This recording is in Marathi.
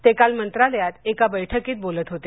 ते काल मंत्रालयात एका बैठकीत बोलत होते